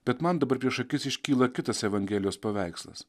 bet man dabar prieš akis iškyla kitas evangelijos paveikslas